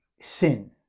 sin